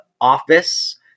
office